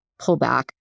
pullback